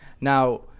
Now